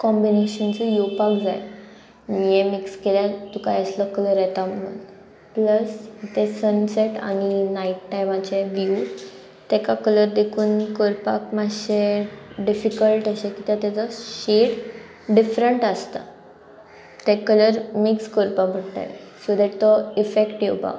combinations येवपाक जाय हें मिक्स केल्यार तुका असलो कलर येता म्हणून प्लस ते सनसेट आनी नायट टायमाचे व्यू तेका कलर देखून करपाक मातशें डिफिकल्ट अशें कित्या तेजो शेड डिफरंट आसता ते कलर मिक्स कोरपा पडटले सो दॅट तो इफेक्ट येवपाक